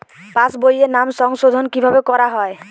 পাশ বইয়ে নাম সংশোধন কিভাবে করা হয়?